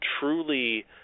truly